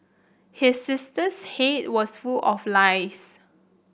his sister's head was full of lice